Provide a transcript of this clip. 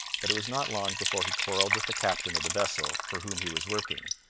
but it was not long before he quarrelled with the captain of the vessel for whom he was working,